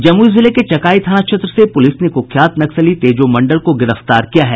जमुई जिले के चकाई थाना क्षेत्र से पुलिस ने कुख्यात नक्सली तेजो मंडल को गिरफ्तार किया है